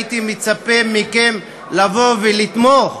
הייתי מצפה מכם לבוא ולתמוך,